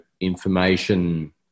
information